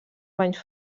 banys